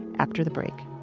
after the break